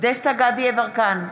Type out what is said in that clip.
דסטה גדי יברקן,